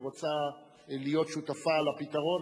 שרוצה להיות שותפה לפתרון,